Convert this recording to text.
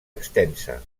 extensa